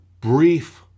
brief